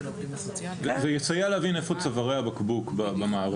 זה יסייע להבין איפה צווארי הבקבוק במערכות.